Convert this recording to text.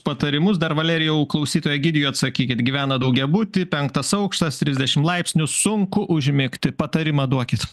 patarimus dar valerijau klausytojui egidijui atsakykit gyvena daugiabuty penktas aukštas trisdešim laipsnių sunku užmigti patarimą duokit